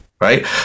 Right